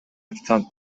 официант